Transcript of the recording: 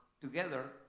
together